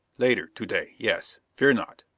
later to-day, yes. fear not!